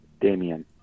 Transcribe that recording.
Damien